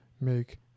make